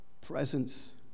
presence